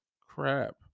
Crap